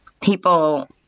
people